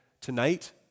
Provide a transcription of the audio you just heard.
tonight